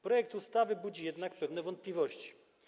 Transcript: Projekt ustawy budzi jednak pewne wątpliwości.